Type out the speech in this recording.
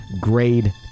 grade